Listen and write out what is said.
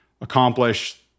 accomplish